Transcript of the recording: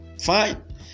fine